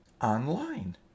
online